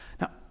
Now